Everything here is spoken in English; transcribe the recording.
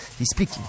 explique